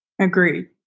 Agreed